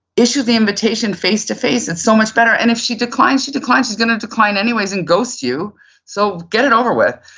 issue the invitation face to face. it's so much better and if she declines, she declines. she's going to decline anyways and ghost you so get it over with.